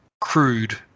Crude